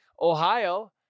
Ohio